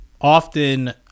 often